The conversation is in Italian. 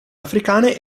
africane